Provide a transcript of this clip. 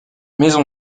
maison